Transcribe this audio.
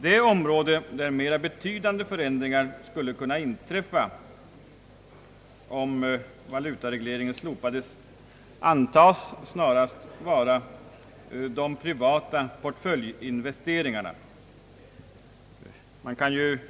Det område där mera betydande förändringar skulle kunna inträffa, om valutaregleringen slopades, antas snarast vara de privata portföljinvesteringarna.